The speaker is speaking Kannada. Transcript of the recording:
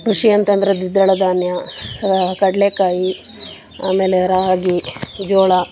ಕೃಷಿ ಅಂತಂದರೆ ದ್ವಿದಳ ಧಾನ್ಯ ಕಡಲೇಕಾಯಿ ಆಮೇಲೆ ರಾಗಿ ಜೋಳ